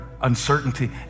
uncertainty